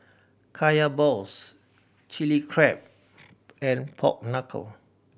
Kaya balls Chilli Crab and pork knuckle